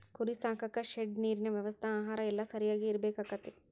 ಕುರಿ ಸಾಕಾಕ ಶೆಡ್ ನೇರಿನ ವ್ಯವಸ್ಥೆ ಆಹಾರಾ ಎಲ್ಲಾ ಸರಿಯಾಗಿ ಇರಬೇಕಕ್ಕತಿ